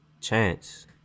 Chance